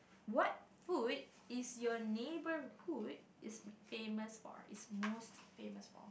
what food is your neighborhood is made famous one is most famous one